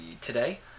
today